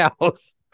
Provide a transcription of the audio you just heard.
house